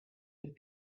would